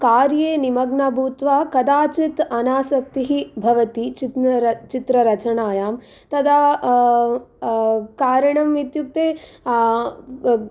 कार्ये निमग्ना भूत्वा कदाचित् अनासक्तिः भवति चित्न चित्ररचनायां तदा कारणम् इत्युक्ते